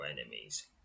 enemies